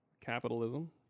capitalism